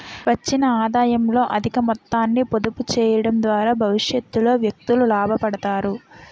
వచ్చిన ఆదాయంలో అధిక మొత్తాన్ని పొదుపు చేయడం ద్వారా భవిష్యత్తులో వ్యక్తులు లాభపడతారు